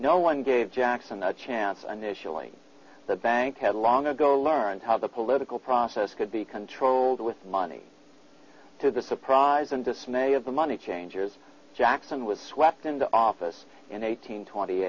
no one gave jackson a chance and initially the bank had long ago learned how the political process could be controlled with money to the surprise and dismay of the money changers jackson was swept into office in eighteen twenty